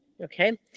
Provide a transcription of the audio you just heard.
okay